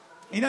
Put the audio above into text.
הינה,